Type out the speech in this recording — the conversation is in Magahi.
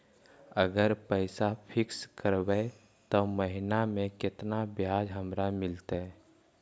अगर पैसा फिक्स करबै त महिना मे केतना ब्याज हमरा मिलतै?